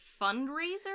fundraiser